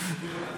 אדוני היו"ר,